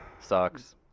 sucks